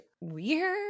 weird